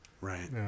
Right